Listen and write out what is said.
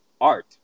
art